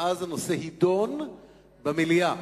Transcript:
ואז הנושא יידון במליאה.